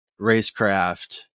racecraft